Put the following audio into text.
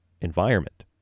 environment